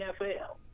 NFL